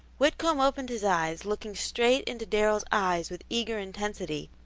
whitcomb opened his eyes, looking straight into darrell's eyes with eager intensity,